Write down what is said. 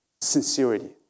Sincerity